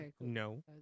No